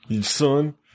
Son